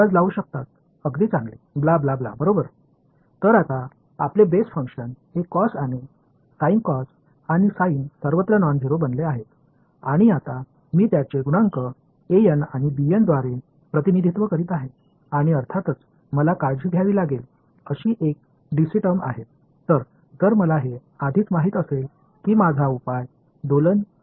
எனவே உங்கள் அடிப்படை செயல்பாடுகள் இப்போது இந்த sine மற்றும் Cosh எல்லா இடங்களிலும் நான் ஜீரோ இப்போது நான் அவற்றை கோஏபிசிஎன்ட் மற்றும் என பிரதிநிதித்துவப்படுத்துகிறேன் நிச்சயமாக நான் கவனித்துக் கொள்ள வேண்டிய ஒரு dc வெளிப்பாடு உள்ளது